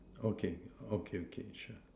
okay okay okay sure